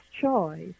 choice